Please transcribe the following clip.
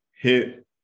hit